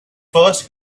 first